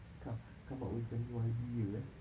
so come come up with a new idea eh